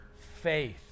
faith